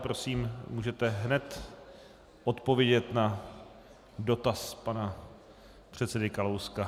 Prosím, můžete hned odpovědět na dotaz pana předsedy Kalouska.